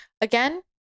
again